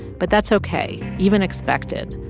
but that's ok, even expected.